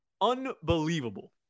Unbelievable